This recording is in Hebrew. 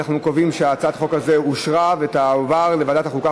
אנחנו קובעים שהצעת החוק הזאת אושרה ותועבר לוועדת החוקה,